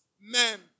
men